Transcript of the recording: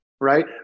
Right